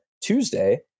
tuesday